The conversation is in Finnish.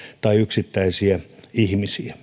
tai yksittäisiä ihmisiä